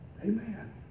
Amen